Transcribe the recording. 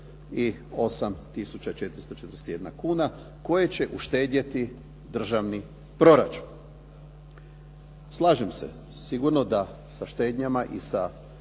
441 kuna koje će uštedjeti državni proračun. Slažem se, sigurno da sa štednjama i sa